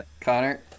Connor